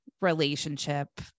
relationship